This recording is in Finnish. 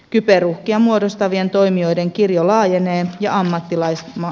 kyberuhkia muodostavien toimijoiden kirjo laajenee ja ammattilaistuu